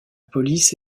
police